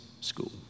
school